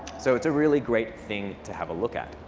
so it's a really great thing to have a look at.